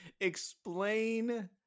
explain